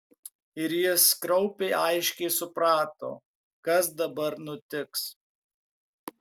ir jis kraupiai aiškiai suprato kas dabar nutiks